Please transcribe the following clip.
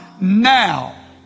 now